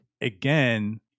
again